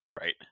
Right